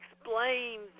explains